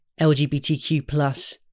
LGBTQ